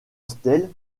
stèle